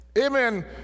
amen